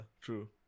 true